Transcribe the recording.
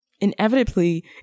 inevitably